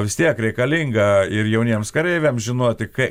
vis tiek reikalinga ir jauniems kareiviams žinoti kai